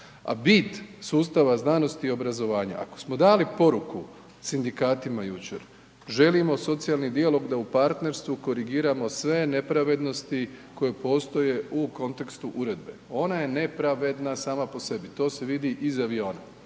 a bit sustava znanosti i obrazovanja ako smo dali poruku sindikatima jučer želimo socijalni dijalog da u partnerstvu korigiramo sve nepravednosti koje postoje u kontekstu uredbe, ona je nepravedna sama po sebi, to se vidi iz aviona,